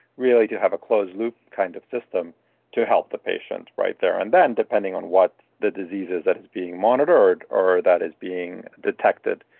really to have a closed loop kind of system to help the patient right there and then, depending on what the disease is that is being monitored or that is being detected.